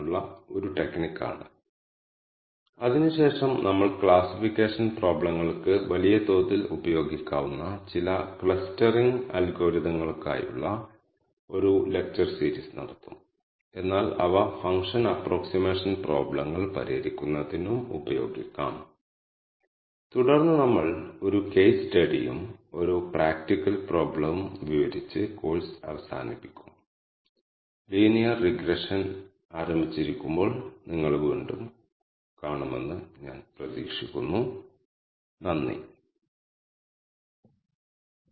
ഈ സാഹചര്യത്തിൽ നമ്മൾ സൂപ്പർവൈസ്ഡ് അല്ലാത്ത ലേണിങ് അൽഗോരിതം ഉപയോഗിക്കണം നമ്മൾ K മീൻസ് അൽഗോരിതം ഉപയോഗിച്ചു R ൽ ഈ K മീൻസ് അൽഗോരിതം എങ്ങനെ നടപ്പിലാക്കാമെന്നും നമ്മൾ കണ്ടു കൂടാതെ K മീൻസിനെ ഒപ്റ്റിമൽ നമ്പർ കണ്ടെത്തുന്നതിനുള്ള ഒരു രീതിയായ എൽബോ മെത്തേഡും നമ്മൾ കണ്ടു